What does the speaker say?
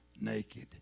naked